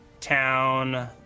town